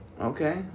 Okay